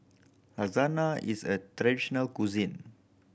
lasagna is a traditional cuisine